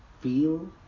feel